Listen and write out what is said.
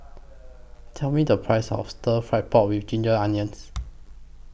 Tell Me The Price of Stir Fried Pork with Ginger Onions